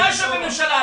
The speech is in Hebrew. אתה יושב בממשלה,